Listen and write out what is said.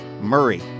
Murray